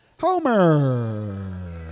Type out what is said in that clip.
Homer